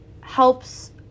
helps